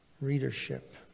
readership